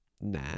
Nah